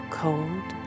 cold